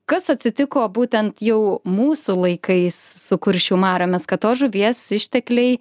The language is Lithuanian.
kas atsitiko būtent jau mūsų laikais su kuršių mariomis kad tos žuvies ištekliai